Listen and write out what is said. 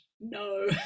No